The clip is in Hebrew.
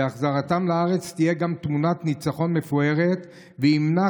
והחזרתם לארץ תהיה גם תמונת ניצחון מפוארת ותמנע